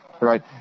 Right